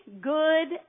good